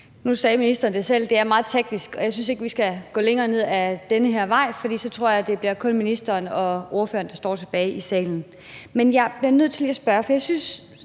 Nu sagde ministeren selv, at det er meget teknisk, og jeg synes ikke, vi skal gå længere ned ad den vej, for så tror jeg, at det kun bliver ministeren og ordføreren, der står tilbage i salen. Men jeg bliver nødt til lige at spørge om noget,